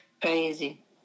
crazy